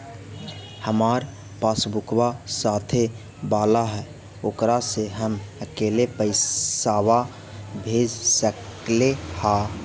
हमार पासबुकवा साथे वाला है ओकरा से हम अकेले पैसावा भेज सकलेहा?